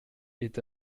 est